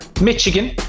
Michigan